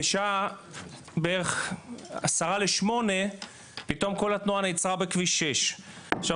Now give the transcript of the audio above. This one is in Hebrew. ובשעה בערך 07:50 פתאום כל התנועה נעצרה בכביש 6. עכשיו,